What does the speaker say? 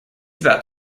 about